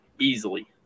easily